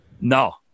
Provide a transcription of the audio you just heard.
No